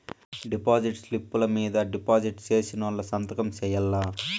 deposit స్లిప్పులు మీద deposit సేసినోళ్లు సంతకం సేయాల్ల